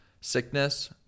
sickness